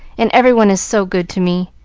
and every one is so good to me.